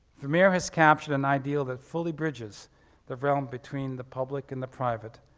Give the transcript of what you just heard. vermeer has captured an ideal that fully bridges the realm between the public and the private